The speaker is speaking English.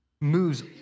moves